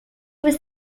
was